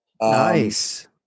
Nice